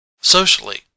Socially